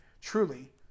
Truly